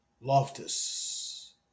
loftus